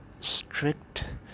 strict